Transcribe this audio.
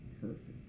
Perfect